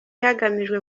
hagamijwe